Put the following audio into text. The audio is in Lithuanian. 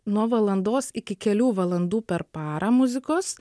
nuo valandos iki kelių valandų per parą muzikos